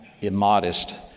immodest